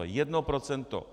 Jedno procento!